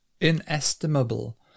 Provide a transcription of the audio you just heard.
inestimable